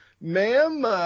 ma'am